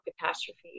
catastrophe